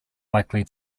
likely